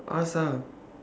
ask ah